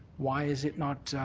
why is it not